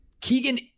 Keegan